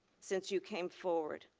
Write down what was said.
since you came forward.